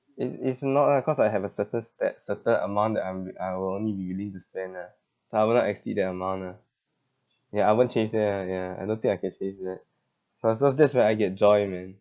it~ it's not ah cause I have a certain step certain amount that I'm I will only be willing to spend ah so I would not exceed that amount ah ya I won't chase that ah ya I don't think I can chase that so so that's where I get joy man